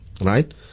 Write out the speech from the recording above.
Right